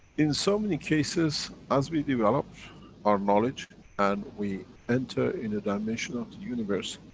in so many cases, as we develop our knowledge and we enter in a dimension of the universe,